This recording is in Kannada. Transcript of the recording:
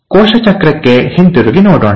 ಕೋಶ ಚಕ್ರಕ್ಕೆ ಹಿಂತಿರುಗಿ ನೋಡೋಣ